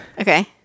Okay